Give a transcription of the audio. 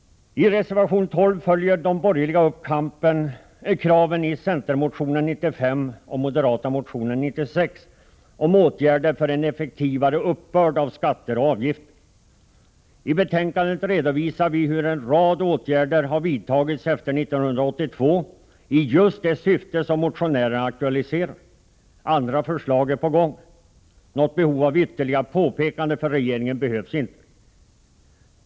I reservation 12 följer de borgerliga upp kraven i centermotion 95 och i den moderata motionen 96 om åtgärder för en effektivare uppbörd av skatter och avgifter. I betänkandet redovisar vi hur en rad åtgärder har vidtagits efter 1982 i just det syfte motionärerna aktualiserar. Andra förslag är på gång. Något ytterligare påpekande för regeringen behövs inte.